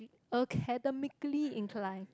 academically inclined